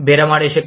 బేరమాడే శక్తి